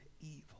evil